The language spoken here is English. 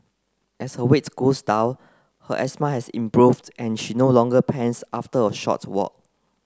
as her weight goes down her asthma has improved and she no longer pants after a short walk